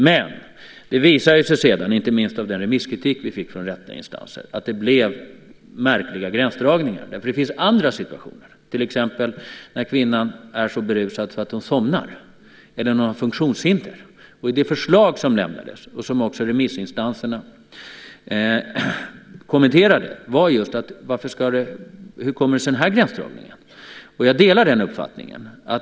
Men det visade sig sedan, inte minst av den remisskritik som vi fick från rättsliga instanser, att det uppstod märkliga gränsdragningar. Det finns också andra situationer som kan bli aktuella, till exempel om kvinnan är så berusad att hon somnar eller om hon har funktionshinder. Det förslag som lämnades kommenterades av remissinstanserna. De undrade varför man gjorde just den gränsdragningen. Jag delar den uppfattningen.